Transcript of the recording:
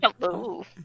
Hello